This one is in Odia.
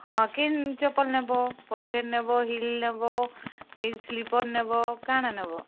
ହଁ କିନ୍ ଚପଲ୍ ନେବୋ ପଏନ୍ଟେଡ଼ ନେବ ହିଲ୍ ନେବ କି ସ୍ଲିପର୍ ନେବ କାଣ ନେବ